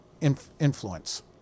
influence